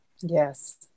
Yes